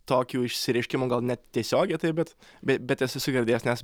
tokių išsireiškimų gal ne tiesiogiai taip bet bei bet esu girdėjęs nes